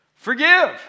Forgive